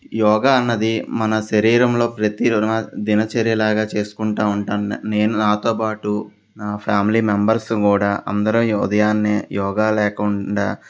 యోగా అన్నది మన శరీరంలో ప్రతి దినచర్యలాగా చేసుకుంటు ఉంటాను నేను నాతోపాాటు నా ఫ్యామిలీ మెంబర్స్ కూడా అందరం ఉదయాన్నే యోగా లేకుండా